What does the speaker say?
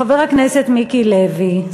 חבר הכנסת מיקי לוי,